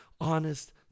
honest